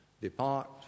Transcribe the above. Depart